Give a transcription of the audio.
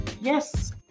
yes